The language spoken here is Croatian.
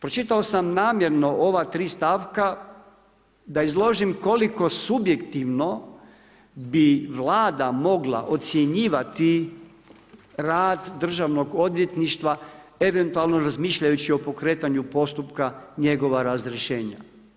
Pročitao sam namjerno ova tri stavka da izložim koliko subjektivno bi Vlada mogla ocjenjivati rad Državnog odvjetništva eventualno razmišljajući o pokretanju postupka njegova razrješenja.